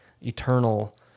eternal